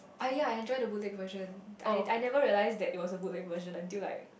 ah ya I enjoy the boot lick version I I never realize that it was a boot lick version until like